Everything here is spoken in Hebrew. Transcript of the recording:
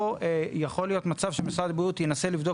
יכול להיות מצב שמשרד הבריאות יכול לבדוק